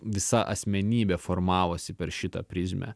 visa asmenybė formavosi per šitą prizmę